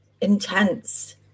intense